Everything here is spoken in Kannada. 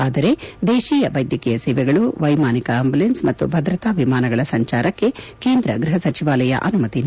ಆದರೆ ದೇಶೀಯ ವೈದ್ಯಕೀಯ ಸೇವೆಗಳು ವೈಮಾನಿಕ ಆಂಬುಲೆನ್ಸ್ ಮತ್ತು ಭದ್ರತಾ ವಿಮಾನಗಳ ಸಂಚಾರಕ್ಕೆ ಕೇಂದ್ರ ಗೃಹ ಸಚಿವಾಲಯ ಅನುಮತಿ ನೀಡಿದೆ